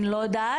אני לא יודעת,